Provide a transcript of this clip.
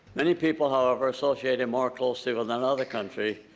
many people, however, associate him more closely with another country,